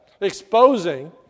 exposing